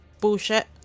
bullshit